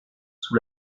sous